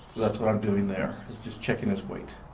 that's what i'm doing there is just checking his weight.